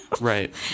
Right